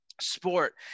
sport